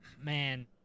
Man